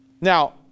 Now